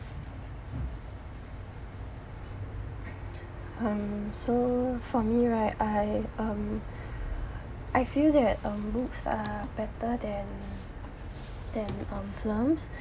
um so for me right I um I feel that books are better than than films